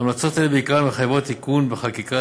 ההמלצות האלה, בעיקרן, מחייבות עיגון בחקיקה.